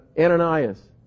Ananias